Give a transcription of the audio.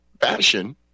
fashion